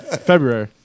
February